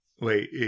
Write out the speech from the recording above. Wait